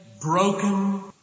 broken